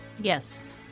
Yes